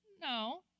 No